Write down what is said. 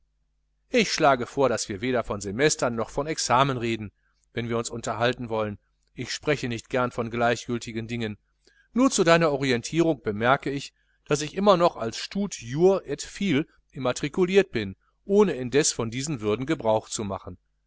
ich schlage vor daß wir weder von semestern noch von examen reden wenn wir uns unterhalten wollen ich spreche nicht gerne von gleichgültigen dingen nur zu deiner orientierung bemerke ich daß ich immer noch als stud jur et phil immatrikuliert bin ohne indeß von diesen würden gebrauch zu machen